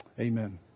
amen